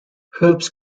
herbs